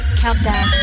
countdown